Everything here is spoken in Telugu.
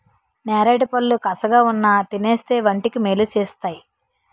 నేరేడుపళ్ళు కసగావున్నా తినేస్తే వంటికి మేలు సేస్తేయ్